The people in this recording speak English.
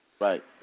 Right